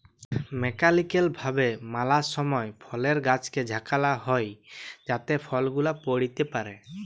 mechanical ভাবে ম্যালা সময় ফলের গাছকে ঝাঁকাল হই যাতে ফল গুলা পইড়তে পারে